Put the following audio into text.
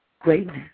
greatness